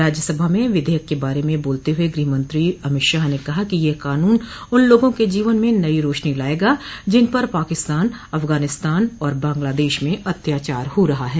राज्य सभा में विधेयक के बारे में बोलते हुए गृहमंत्री अमित शाह ने कहा कि यह कानून उन लोगों के जीवन में नई रोशनी लाएगा जिनपर पाकिस्तान अफगानिस्तान और बांग्लादेश में अत्याचार हो रहा है